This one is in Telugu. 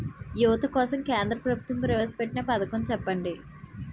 యువత కోసం కేంద్ర ప్రభుత్వం ప్రవేశ పెట్టిన పథకం చెప్పండి?